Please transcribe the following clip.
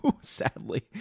Sadly